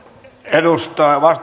arvoisa